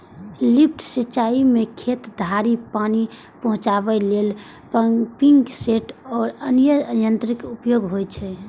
lift सिंचाइ मे खेत धरि पानि पहुंचाबै लेल पंपिंग सेट आ अन्य यंत्रक उपयोग होइ छै